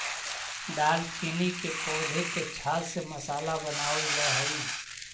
दालचीनी के पौधे के छाल से मसाला बनावाल जा हई